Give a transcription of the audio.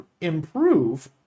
improve